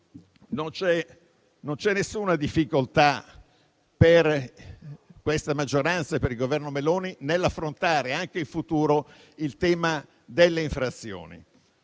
Non c'è alcuna difficoltà, per questa maggioranza e per il Governo Meloni, nell'affrontare anche in futuro il tema delle infrazioni.